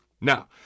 Now